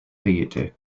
theatre